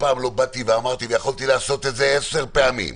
לא באתי ואמרתי, ויכולתי לעשות את זה עשר פעמים: